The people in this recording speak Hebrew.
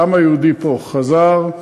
העם היהודי פה, חזר,